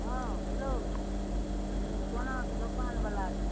हँ हेलो हमे सोनाके दोकान वला छी